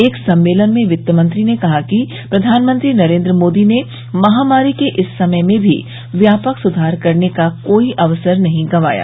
एक सम्मेलन में वित्तमंत्री ने कहा कि प्रधानमंत्री नरेंद्र मोर्दी ने महामारी के इस समय में भी व्यापक सुधार करने का कोई अवसर नहीं गंवाया